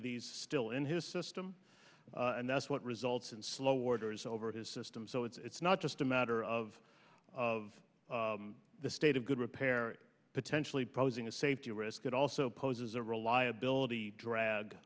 of these still in his system and that's what results in slow orders over his system so it's not just a matter of of the state of good repair potentially posing a safety risk it also poses a real liability drag